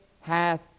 hath